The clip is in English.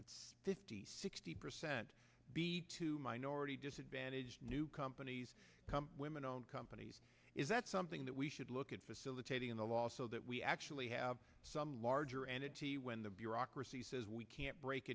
but fifty sixty percent b to minority disadvantaged new companies women owned companies is that something that we should look at facilitating in the law so that we actually have some larger entity when the bureaucracy says we can't break